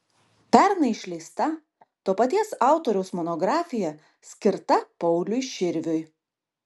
pernai išleista to paties autoriaus monografija skirta pauliui širviui